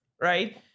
right